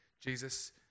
jesus